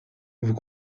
vous